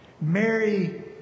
Mary